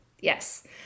yes